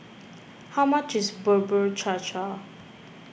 how much is Bubur Cha Cha